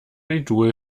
idol